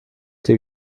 die